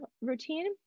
routine